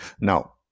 Now